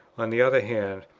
on the other hand,